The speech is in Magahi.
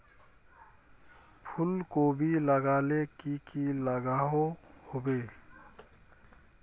फूलकोबी लगाले की की लागोहो होबे?